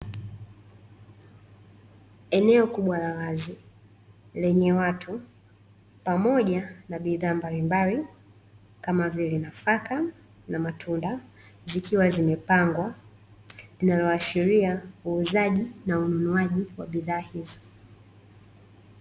Eneo kubwa la wazi lenye watu pamoja na bidhaa mbalimbali, kama vile nafaka na matunda zikiwazimepangwa linaloashiria uuzaji na ununuaji wa bidhaa hizo.